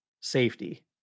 safety